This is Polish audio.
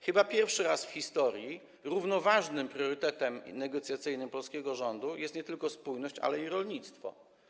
Chyba pierwszy raz w historii równoważnym priorytetem negocjacyjnym polskiego rządu jest nie tylko spójność, ale i rolnictwo.